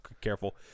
careful